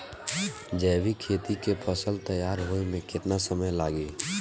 जैविक खेती के फसल तैयार होए मे केतना समय लागी?